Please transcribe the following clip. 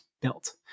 built